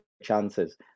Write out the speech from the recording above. chances